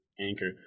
Anchor